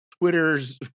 Twitter's